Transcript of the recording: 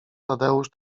tadeusz